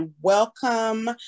welcome